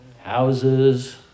houses